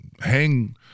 Hang